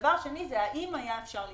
דבר שני זה האם היה אפשר למנוע.